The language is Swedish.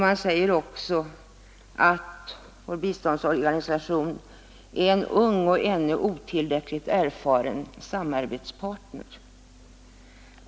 Man säger ju också att vår biståndsorganisation är en ung och ännu otillräckligt erfaren samarbetspartner.